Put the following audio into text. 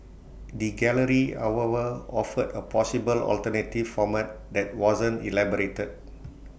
the gallery however offered A possible alternative format that wasn't elaborated